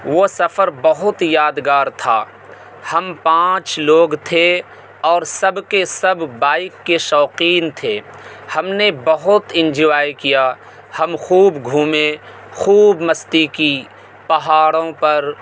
وہ سفر بہت یادگار تھا ہم پانچ لوگ تھے اور سب کے سب بائیک کے شوقین تھے ہم نے بہت انجوائے کیا ہم خوب گھومے خوب مستی کی پہاڑوں پر